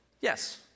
Yes